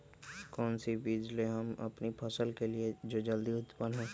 कौन सी बीज ले हम अपनी फसल के लिए जो जल्दी उत्पन हो?